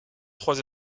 trois